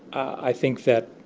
i think that